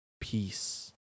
peace